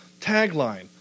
Tagline